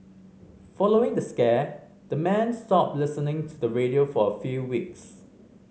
following the scare the men stopped listening to the radio for a few weeks